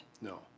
no